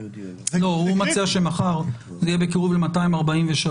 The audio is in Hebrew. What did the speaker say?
הוא מציע שמחר זה יהיה בקירוב ל-243